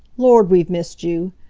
lord, we've missed you!